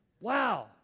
Wow